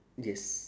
yes